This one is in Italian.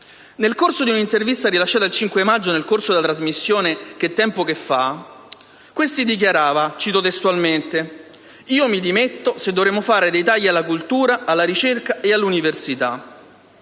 Nel corso di un'intervista rilasciata il 5 maggio nel corso della trasmissione «Che tempo che fa» questi dichiarava (cito testualmente): «Io mi dimetto se dovremo fare dei tagli alla cultura, alla ricerca e all'università».